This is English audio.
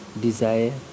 desire